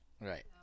Right